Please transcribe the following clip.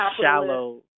shallow